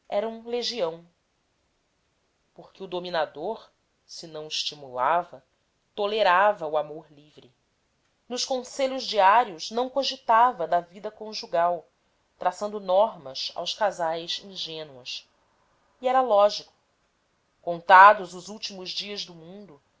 eram legião porque o dominador se não estimulava tolerava o amor livre nos conselhos diários não cogitava da vida conjugal traçando normas aos casais ingênuos e era lógico contados os últimos dias do mundo